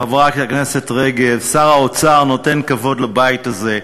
חברת הכנסת רגב, ששר האוצר נותן כבוד לבית הזה.